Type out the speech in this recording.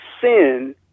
sin